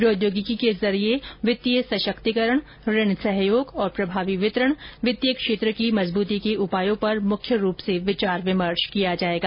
प्रौद्योगिकी के जरिये वित्तीय सशक्तिकरण ऋण सहयोग और प्रभावी वितरण वित्तीय क्षेत्र की मजबूती के उपायों पर मुख्य रूप से विचार विमर्श होगा